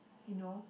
you know